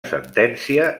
sentència